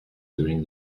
during